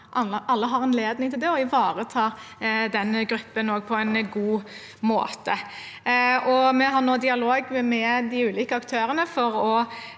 alle har anledning til det, og ivaretar også den gruppen på en god måte. Vi har nå dialog med de ulike aktørene for å